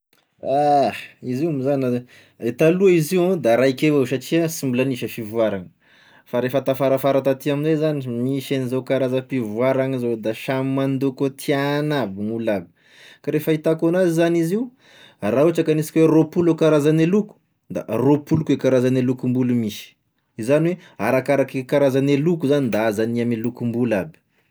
Ah, izy io moa zany, az- e taloha izy io da raiky avao satria sy mbola nisy e fivoaragna fa refa tafarafara taty amzay zany zao, nisy an'izao karazam-pivoaragna zao, da samy mandoko e tiàgn'aby gn'olo aby, ka re fahitako an'azy zany izy io, raha ohatra ka hanisika hoe roapolo e karazagne loko, da a roapolo koa e karazagne lokombolo misy, izany hoe arakaraky e karazagne loko zany da aza hany ame lokombolo aby.